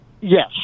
Yes